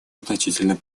значительным